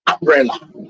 umbrella